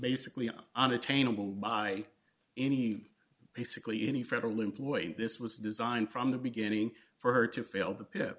basically an unattainable by any basically any federal employee this was designed from the beginning for her to fail the p